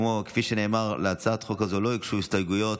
כפי שנאמר, להצעת החוק הזו לא הוגשו הסתייגויות,